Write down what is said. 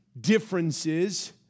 differences